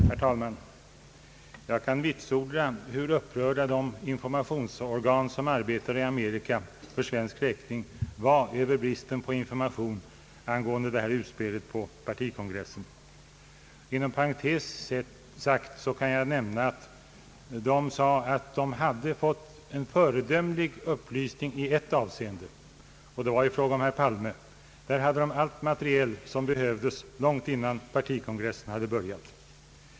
Herr talman! Jag kan vitsorda hur upprörd man var inom de informationsorgan som arbetar i Amerika för svensk räkning över bristen på information angående utspelet på partikon gressen. Inom parentes kan jag nämna att man sade sig ha fått föredömliga upplysningar i ett avseende, och det var i fråga om herr Palme. Där fanns allt material som behövdes långt innan partikongressen hade börjat.